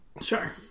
Sure